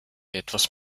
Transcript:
etwas